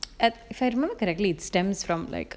at if I remember correctly it stems from like